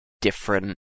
different